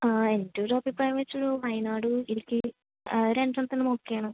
ആ എൻ്റെ ഒരു അഭിപ്രായം വെച്ച് ഒരു വയനാട് ഇടുക്കി രണ്ട് സ്ഥലത്ത് ആയാലും ഓക്കെ ആണ്